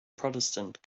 protestant